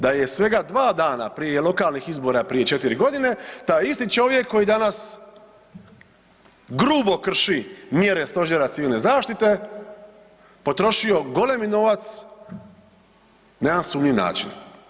Da je svega 2 dana prije lokalnih izbora prije 4 g., taj isti čovjek koji danas grubo krši mjere Stožera civilne zaštite, potrošio golemi novac na jedan sumnjiv način.